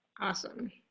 Awesome